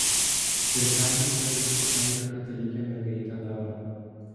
ir ką gi ta graži airė katalikė mergaitė daro